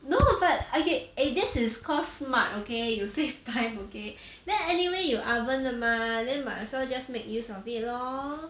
no but okay eh this is call smart okay you save time okay then anyway 有 oven 了 mah then might as well just make use of it lor